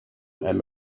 and